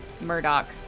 Murdoch